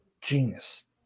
genius